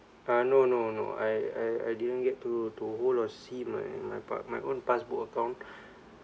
ah no no no I I I didn't get to to hold or see my my pa~ my own passbook account